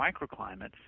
microclimates